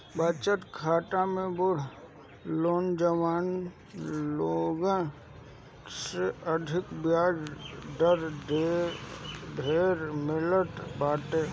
बचत खाता में बुढ़ लोगन जवान लोगन से अधिका बियाज दर ढेर मिलत बाटे